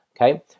Okay